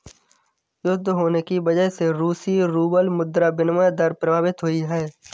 युद्ध होने की वजह से रूसी रूबल मुद्रा विनिमय दर प्रभावित हुई